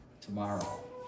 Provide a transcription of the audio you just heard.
tomorrow